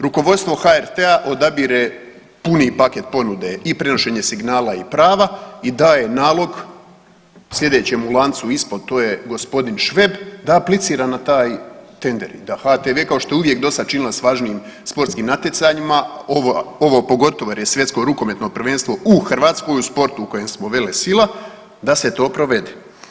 Rukovodstvo HRT-a odabire puni paket ponude i prenošenje signala i prava i daje nalog sljedećem u lancu ispod, to je g. Šveb da aplicira na taj tender i da HTV kao što je uvijek dosad činila s važnim sportskih natjecanjima, ovo pogotovo jer je Svjetsko rukometno prvenstveno u Hrvatskoj u sportu u kojem smo velesila, da se to provede.